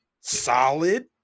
solid